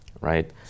right